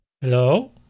Hello